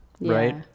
Right